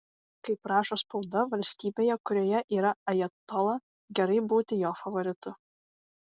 kaip rašo spauda valstybėje kurioje yra ajatola gerai būti jo favoritu